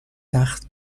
تخت